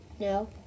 No